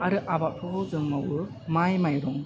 आरो आबादखौबो जों मावो माइ माइरं